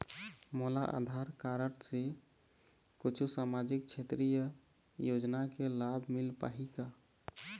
मोला आधार कारड से कुछू सामाजिक क्षेत्रीय योजना के लाभ मिल पाही का?